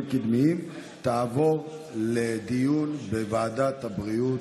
קדמיים תעבור לדיון בוועדת הבריאות.